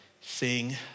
sing